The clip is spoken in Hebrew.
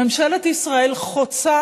ממשלת ישראל, חוצה